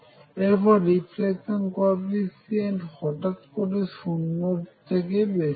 এর পরে reflection coefficient হঠৎ করে 0 থেকে বেশী হয়